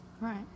right